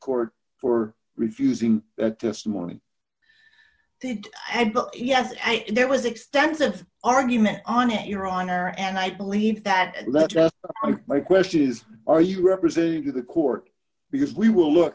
court for refusing that this morning and yes there was extensive argument on it your honor and i believe that letter my question is are you representing to the court because we will look